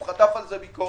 הוא חטף על זה ביקורת.